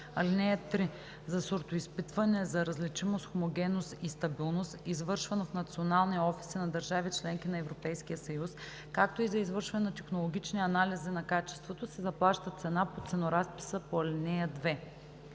(3) За сортоизпитване за различимост, хомогенност и стабилност, извършвано в национални офиси на държави – членки на Европейския съюз, както и за извършване на технологични анализи на качеството, се заплаща цена по ценоразписа по ал. 2.“